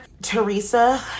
Teresa